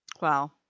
Wow